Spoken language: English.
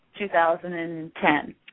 2010